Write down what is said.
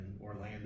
Orlando